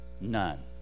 None